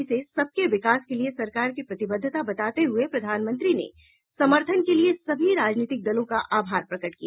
इसे सबके विकास के लिए सरकार की प्रतिबद्धता बताते हुए प्रधानमंत्री ने समर्थन के लिए सभी राजनीतिक दलों का आभार प्रकट किया